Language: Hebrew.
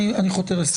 אני חותר לסיום.